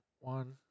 One